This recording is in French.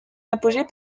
apogée